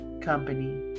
company